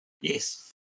yes